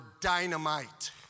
dynamite